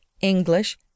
English